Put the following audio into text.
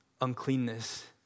uncleanness